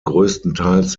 größtenteils